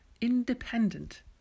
independent